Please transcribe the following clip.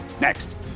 next